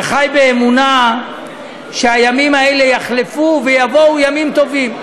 וחי באמונה שהימים האלה יחלפו, ויבואו ימים טובים.